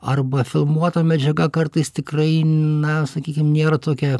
arba filmuota medžiaga kartais tikrai na sakykim nėra tokia